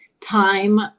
time